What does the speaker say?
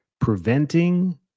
preventing